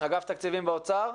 אגף תקציבים באוצר.